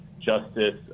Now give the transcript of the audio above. Justice